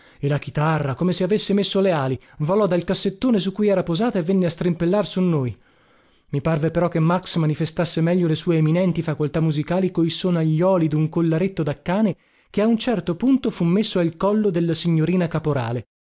e la chitarra come se avesse messo le ali volò dal cassettone su cui era posata e venne a strimpellar su noi i parve però che max manifestasse meglio le sue eminenti facoltà musicali coi sonaglioli dun collaretto da cane che a un certo punto fu messo al collo della signorina caporale